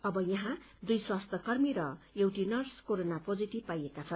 अब यहाँ दुइ स्वास्थ्य कर्मी र एउटी नर्स कोरोना पोजीटिभ पाइएका छन्